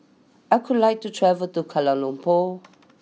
I could like to travel to Kuala Lumpur